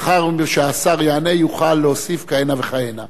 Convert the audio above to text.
ולאחר שהשר יענה, יוכל להוסיף כהנה וכהנה.